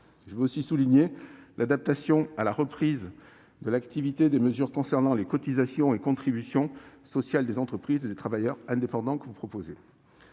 Je tiens aussi à souligner l'adaptation à la reprise de l'activité des mesures concernant les cotisations et contributions sociales des entreprises et des travailleurs indépendants que vous proposez.